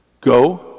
Go